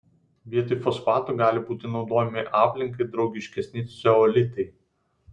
vietoj fosfatų gali būti naudojami aplinkai draugiškesni ceolitai